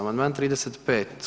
Amandman 35.